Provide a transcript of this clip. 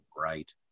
Right